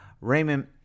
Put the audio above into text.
Raymond